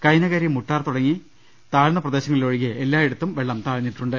കൈനകരി മുട്ടാർ തുടങ്ങിയ താഴ്ന്ന പ്രദേശങ്ങളിലൊഴികെ എല്ലായിടത്തും വെള്ളം താഴ്ന്നിട്ടുണ്ട്